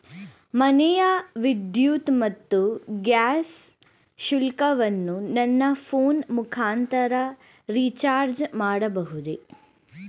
ಮನೆಯ ವಿದ್ಯುತ್ ಮತ್ತು ಗ್ಯಾಸ್ ಶುಲ್ಕವನ್ನು ನನ್ನ ಫೋನ್ ಮುಖಾಂತರ ರಿಚಾರ್ಜ್ ಮಾಡಬಹುದೇ?